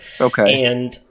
Okay